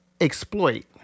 exploit